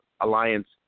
Alliance